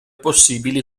possibili